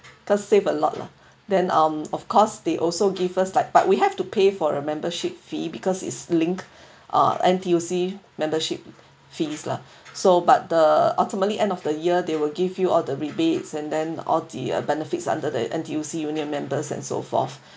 cause save a lot lah then um of course they also give us like but we have to pay for a membership fee because it's linked uh N_T_U_C membership fees lah so but the ultimately end of the year they will give you all the rebates and then all the uh benefits under the N_T_U_C union members and so forth